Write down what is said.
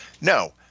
no